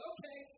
Okay